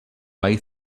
way